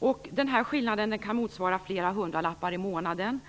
göra det. Skillnaden kan motsvara flera hundralappar i månaden.